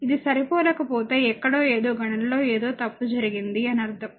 ఇది సరిపోలకపోతే ఎక్కడో ఏదో గణనలో ఏదో తప్పు జరిగింది అని అర్ధం